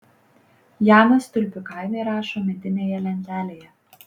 janas tulpių kainą įrašo medinėje lentelėje